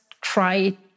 try